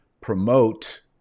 promote